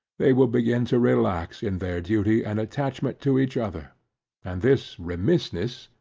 they will begin to relax in their duty and attachment to each other and this remissness,